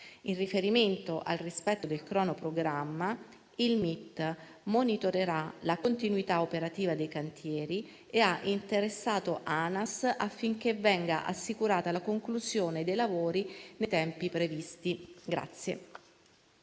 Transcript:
In riferimento al rispetto del cronoprogramma, il MIT monitorerà la continuità operativa dei cantieri e ha interessato Anas affinché venga assicurata la conclusione dei lavori nei tempi previsti.